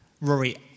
Rory